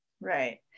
Right